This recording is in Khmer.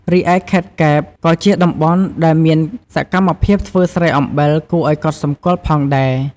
រីឯខេត្តកែប ក៏ជាតំបន់ដែលមានសកម្មភាពធ្វើស្រែអំបិលគួរឱ្យកត់សម្គាល់ផងដែរ។